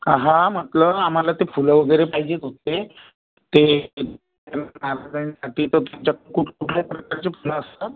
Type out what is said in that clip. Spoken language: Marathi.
हांं हां म्हटलं आम्हाला ते फुलं वगैरे पाहिजेत होते ते गजानन महाराजांसाठी तर तुमच्या कुठं कुठल्या प्रकारचे फुलं असतात